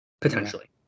potentially